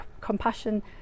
compassion